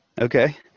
Okay